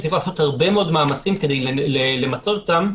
וצריך לעשות הרבה מאוד מאמצים כדי למצות אותם.